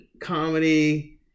comedy